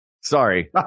Sorry